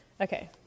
Okay